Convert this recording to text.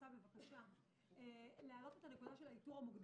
אז אני רוצה בבקשה להעלות את הנקודה של האיתור המוקדם,